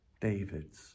David's